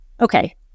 okay